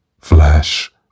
Flash